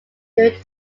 during